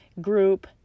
group